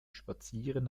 spazieren